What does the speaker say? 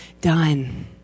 done